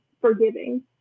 forgiving